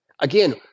Again